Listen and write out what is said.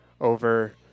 over